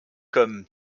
comme